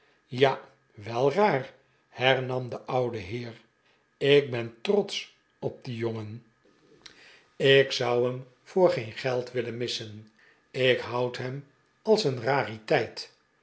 ja wel raar hernam de oude heer ik ben trotsch op dien jongen ik zou hem de dikke jongen a ls een rariteit op pr us gesteld voor ge en geld willen missen ik houd hem als een rariteit